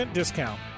discount